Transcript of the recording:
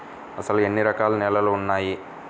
అసలు ఎన్ని రకాల నేలలు వున్నాయి?